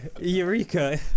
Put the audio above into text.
Eureka